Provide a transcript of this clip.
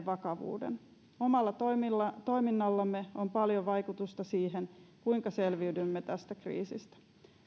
vakavuuden omalla toiminnallamme toiminnallamme on paljon vaikutusta siihen kuinka selviydymme tästä kriisistä